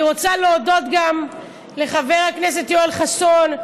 אני רוצה להודות גם לחבר הכנסת יואל חסון,